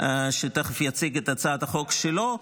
שתכף יציג את הצעת החוק שלו.